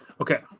okay